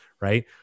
right